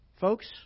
Folks